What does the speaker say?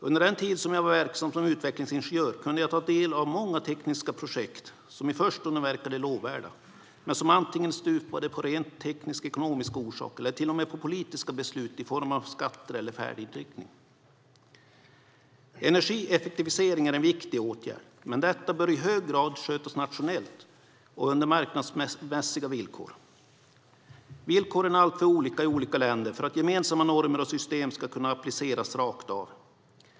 Under den tid som jag var verksam som utvecklingsingenjör kunde jag ta del av många tekniska projekt som i förstone verkade lovvärda men som stupade av rent tekniska och ekonomiska orsaker eller till och med på politiska beslut i form av skatter eller färdriktning. Energieffektivisering är en viktig åtgärd, men detta bör i hög grad skötas nationellt och under marknadsmässiga villkor. Villkoren är alltför olika i olika länder för att gemensamma normer och system ska kunna appliceras rakt av.